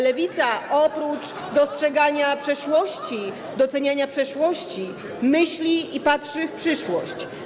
Ale Lewica - oprócz dostrzegania przeszłości, doceniania przeszłości - myśli i patrzy w przyszłość.